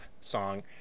song